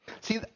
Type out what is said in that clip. See